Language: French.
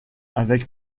avec